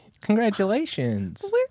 congratulations